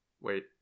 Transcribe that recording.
wait